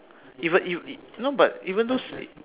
even no but even though S~